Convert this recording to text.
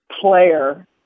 player